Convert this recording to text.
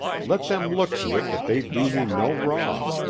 let them look to it that they do me no wrong.